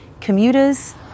Commuters